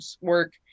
work